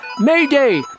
Mayday